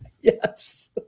Yes